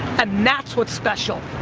and, that's what's special,